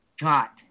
got